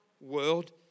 world